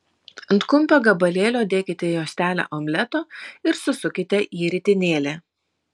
ant kumpio gabalėlio dėkite juostelę omleto ir susukite į ritinėlį